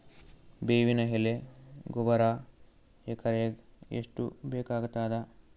ಬೇವಿನ ಎಲೆ ಗೊಬರಾ ಎಕರೆಗ್ ಎಷ್ಟು ಬೇಕಗತಾದ?